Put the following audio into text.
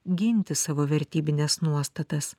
ginti savo vertybines nuostatas